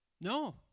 No